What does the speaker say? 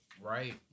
Right